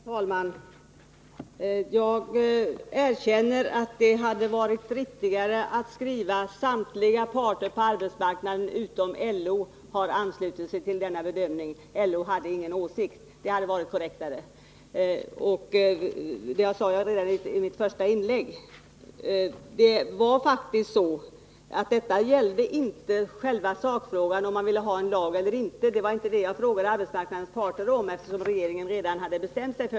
Herr talman! Jag erkänner att det hade varit riktigare att skriva att samtliga parter på arbetsmarknaden utom LO har anslutit sig till denna bedömning. Det hade varit korrektare. LO hade nämligen ingen åsikt. Det sade jag redan i mitt första inlägg. Det gällde inte själva sakfrågan, alltså om man ville ha en lag eller inte. Det var inte detta jag frågade arbetsmarknadens parter om, eftersom regeringen redan hade bestämt sig.